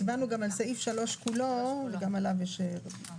והצבענו גם על סעיף 3 כולו, וגם עליו יש רוויזיה.